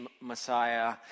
Messiah